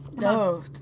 No